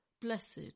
blessed